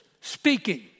speaking